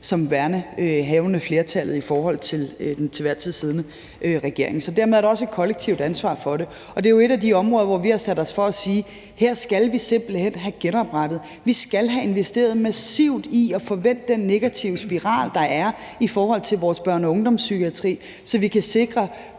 som værende havende flertallet i forhold til den til enhver tid siddende regering. Dermed er der også et kollektivt ansvar for det. Det er jo et af de områder, hvor vi har sat os for at sige, at det her skal vi simpelt hen have genoprettet. Vi skal have investeret massivt i at få vendt den negative spiral, der er i forhold til vores børne- og ungdomspsykiatri, så vi kan sikre,